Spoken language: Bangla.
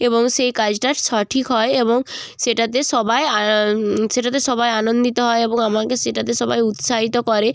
এবং সেই কাজটা সঠিক হয় এবং সেটাতে সবাই সেটাতে সবাই আনন্দিত হয় এবং আমাকে সেটাতে সবাই উৎসাহিত করে